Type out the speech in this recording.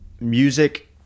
music